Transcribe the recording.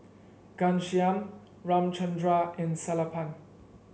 Ghanshyam Ramchundra and Sellapan